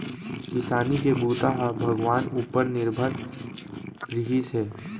किसानी के बूता ह भगवान उपर निरभर रिहिस हे